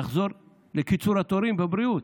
זה יחזור לקיצור התורים בבריאות.